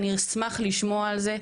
אני אשמח לשמוע על זה.